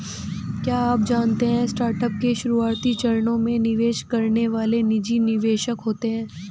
क्या आप जानते है स्टार्टअप के शुरुआती चरणों में निवेश करने वाले निजी निवेशक होते है?